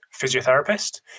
physiotherapist